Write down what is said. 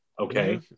okay